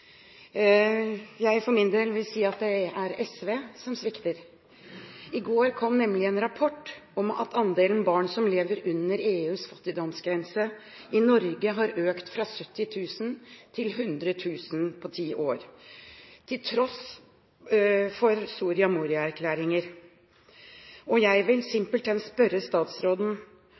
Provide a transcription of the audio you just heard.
SV som svikter. I går kom nemlig en rapport om at andelen barn som lever under EUs fattigdomsgrense i Norge, har økt fra 70 000 til 100 000 på ti år – til tross for Soria Moria-erklæringer. Jeg vil simpelthen spørre statsråden